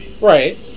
Right